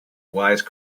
wise